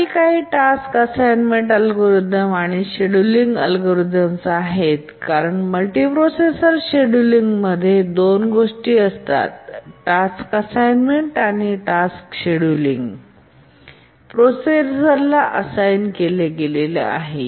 खाली काही task assignment algorithm आणि शेड्यूलिंग अल्गोरिदम आहेत कारण मल्टीप्रोसेसर शेड्यूलिंगमध्ये 2 गोष्टी असतात टास्क असाइनमेंट आणि टास्क शेड्यूलिंग प्रोसेसरला असाइन केले गेले आहे